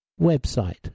website